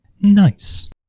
Nice